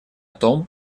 том